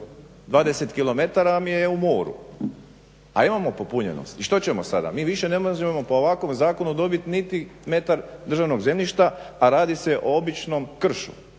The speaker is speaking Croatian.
20 km vam je u moru a imamo popunjenost i što ćemo sada? Mi više ne možemo po ovakvom zakonu niti dobit metar državnog zemljišta a radi se o običnom kršu,